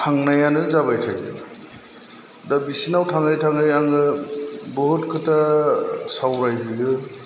थांनायानो जाबाय थायो दा बिसोरनाव थाङै थाङै आङो बहुत खोथा सावरायहैयो